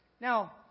Now